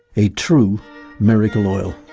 a true miracle oil.